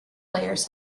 players